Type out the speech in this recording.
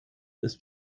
ist